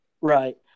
Right